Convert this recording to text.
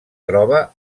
troba